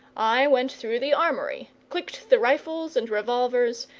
i went through the armoury, clicked the rifles and revolvers,